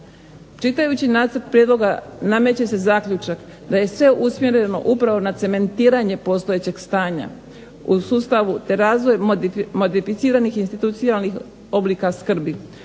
Čitajući nacrt prijedloga nameće se zaključak da je sve usmjereno upravo na cementiranje postojećeg stanja u sustavu te razvoj modificiranih institucionalnih oblika skrbi.